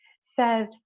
says